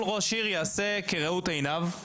אם כל ראש עיר יעשה כראות עיניו,